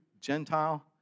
Gentile